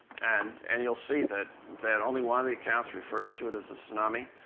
and and you'll see that that only one of the accounts refers to it as a tsunami.